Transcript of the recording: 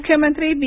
मुख्यमत्री बी